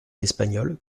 espagnol